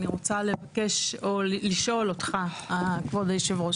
אני רוצה לבקש, או לשאול אותך, כבוד יושב הראש.